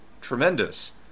Tremendous